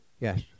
Yes